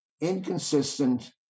inconsistent